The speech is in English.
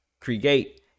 create